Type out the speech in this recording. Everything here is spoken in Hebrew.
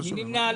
מי נמנע?